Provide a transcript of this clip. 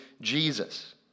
Jesus